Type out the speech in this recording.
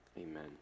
amen